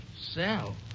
Sell